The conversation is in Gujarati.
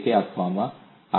તરીકે આપવામાં આવે છે